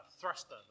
Thruster